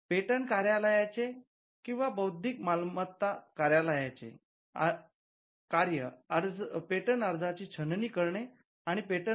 patent कार्यालयाचे किंवा बौद्धिकसंपदा कार्यालयाचे कार्य पेटंट अर्जाची छाननी करणे आणि पेटंट मंजुरी बाबत यथा योग्य निर्णय करणेणे आहे